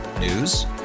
News